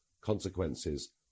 consequences